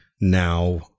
now